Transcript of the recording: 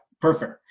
Perfect